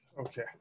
okay